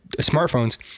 smartphones